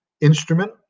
instrument